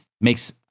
makes